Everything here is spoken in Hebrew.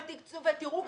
אבל תצאו ותראו,